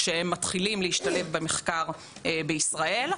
כשהם מתחילים להשתלב במחקר בישראל.